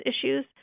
issues